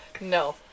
no